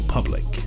Public